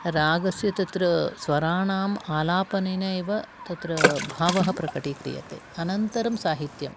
रागस्य तत्र स्वराणाम् आलापनेन एव तत्र भावः प्रकटीक्रियते अनन्तरं साहित्यं